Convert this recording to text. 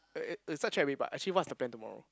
uh uh uh research already but actually what's the plan tomorrow